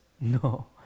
No